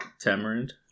tamarind